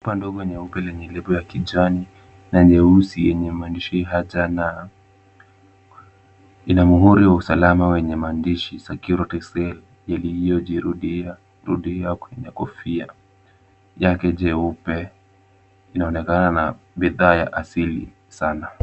Chupa ndogo nyeupe lenye lebo ya kijani, na nyeusi yenye maandishi HJN. Ina muhuri wa usalama wenye maandishi Secure Textile yaliyojirudia kwenye kofia. Yake nyeupe. Inaonekana na bidhaa ya asili sana.